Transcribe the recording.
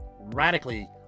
radically